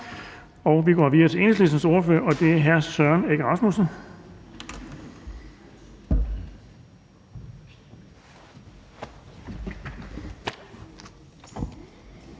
så vi går videre til Enhedslistens ordfører, og det er hr. Søren Egge Rasmussen.